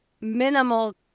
minimal